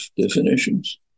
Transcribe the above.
definitions